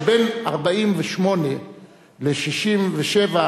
שבין 1948 ל-1967,